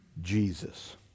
Jesus